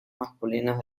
masculinos